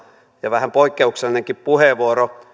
ja vähän poikkeuksellinenkin puheenvuoro